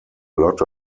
lot